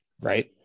right